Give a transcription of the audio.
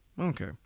Okay